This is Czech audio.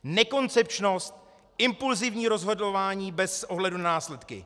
Nekoncepčnost, impulzivní rozhodování bez ohledu na následky.